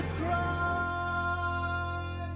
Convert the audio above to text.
cry